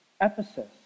Ephesus